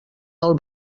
del